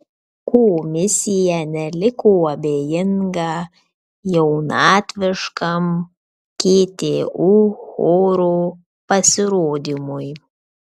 komisija neliko abejinga jaunatviškam ktu choro pasirodymui